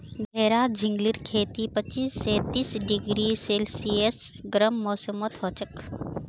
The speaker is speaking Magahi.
घेरा झिंगलीर खेती पच्चीस स तीस डिग्री सेल्सियस गर्म मौसमत हछेक